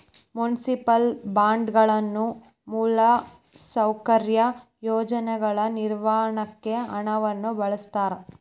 municipal ಬಾಂಡ್ಗಳನ್ನ ಮೂಲಸೌಕರ್ಯ ಯೋಜನೆಗಳ ನಿರ್ಮಾಣಕ್ಕ ಹಣವನ್ನ ಬಳಸ್ತಾರ